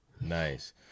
Nice